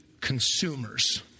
consumers